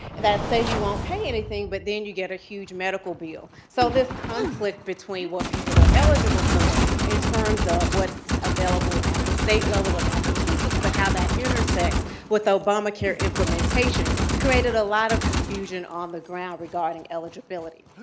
that say you won't pay anything, but then you get a huge medical bill so this conflict between what people are eligible for in terms of what's available at the state level in massachusetts, but how that intersects with obamacare implementation, created a lot of confusion on the ground regarding eligibility.